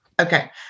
Okay